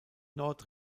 nord